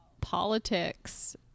politics